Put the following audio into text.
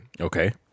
Okay